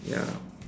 ya